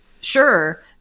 Sure